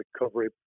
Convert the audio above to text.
recovery